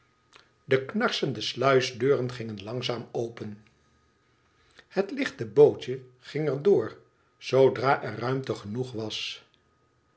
de knarsende sluisdeuren gingen langzaam open het lichte bootje ging er door zoodra er ruimte genoeg was